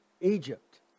Egypt